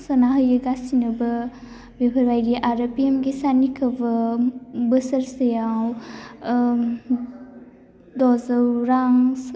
सोना होयो गासिनोबो बेफोरबादि आरो पिएम किसाननिखौबो बोसोर सेयाव द'जौ रां सो